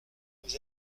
nous